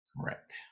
correct